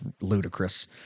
ludicrous